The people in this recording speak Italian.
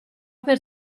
per